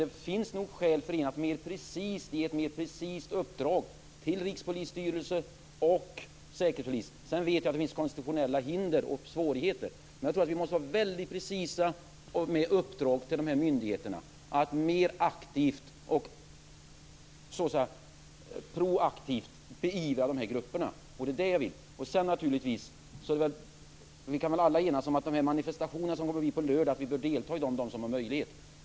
Det finns nog skäl för regeringen att ge ett mer precist uppdrag till Rikspolisstyrelsen och Säkerhetspolisen. Jag vet att det finns konstitutionella hinder och svårigheter, men jag tror att vi måste vara väldigt precisa med uppdrag till myndigheterna när det gäller att mer aktivt beivra dessa grupper. Det är det jag vill. Vi kan väl alla enas om att vi som har möjlighet bör delta i de manifestationer som kommer att ske på lördag.